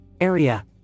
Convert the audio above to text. Area